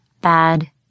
bad